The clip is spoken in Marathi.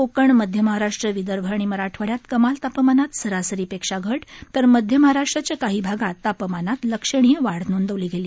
कोकण मध्य महाराष्ट्र विदर्भ आणि मराठवाड्यात कमाल तापमानात सरासरीपेक्षा घट तर मध्य महाराष्ट्राच्या काही भागात तापमानात लक्षणीय वाढ नोंदवली गेली